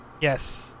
Yes